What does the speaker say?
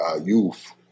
youth